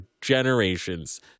generations